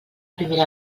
primera